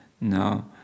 No